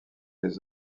les